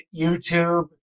YouTube